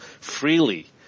freely